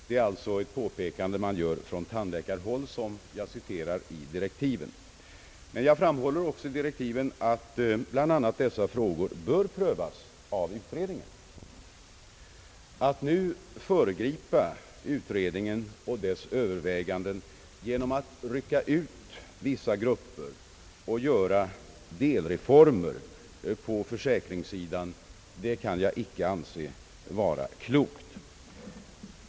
Detta är alltså ett uttalande från tandläkarhåll, som jag i direktiven citerat. Jag framhåller emellertid också i direktiven att dessa frågor bör prövas av utredningen. Att nu föregripa utredningens överväganden genom att rycka ut vissa grupper, för vilka man genomför delreformer på försäkringssidan, kan jag icke anse vara klokt.